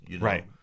Right